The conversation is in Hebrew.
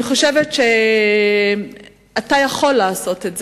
אני חושבת שאתה יכול לעשות את זה.